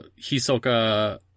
Hisoka